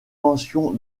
mention